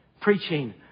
preaching